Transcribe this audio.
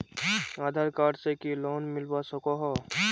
आधार card से की loan मिलवा सकोहो?